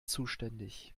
zuständig